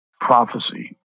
prophecy